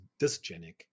disgenic